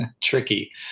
tricky